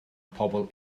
pobl